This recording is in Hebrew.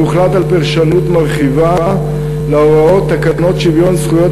והוחלט על פרשנות מרחיבה להוראות תקנות שוויון זכויות